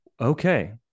okay